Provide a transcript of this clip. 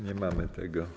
Nie mamy tego